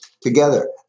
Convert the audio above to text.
together